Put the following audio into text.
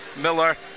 Miller